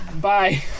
Bye